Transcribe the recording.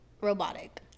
robotic